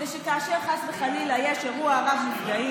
כדי שכאשר חס וחלילה יש אירוע רב-נפגעים,